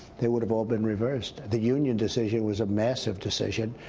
they would have all been reversed. the union decision was a massive decision.